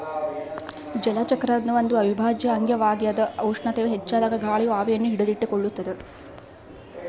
ಜಲಚಕ್ರದ ಒಂದು ಅವಿಭಾಜ್ಯ ಅಂಗವಾಗ್ಯದ ಉಷ್ಣತೆಯು ಹೆಚ್ಚಾದಾಗ ಗಾಳಿಯು ಆವಿಯನ್ನು ಹಿಡಿದಿಟ್ಟುಕೊಳ್ಳುತ್ತದ